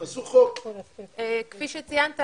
כפי שציינת,